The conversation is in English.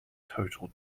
total